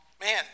Man